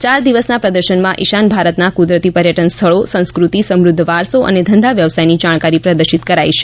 ચાર દિવસના પ્રદર્શનમાં ઇશાન ભારતનાં ક્રદરતી પર્યટન સ્થળો સંસ્કૃતિ સમૃધ્ધ વારસો અને ધંધા વ્યવસાયની જાણકારી પ્રદર્શિત કરાઇ છે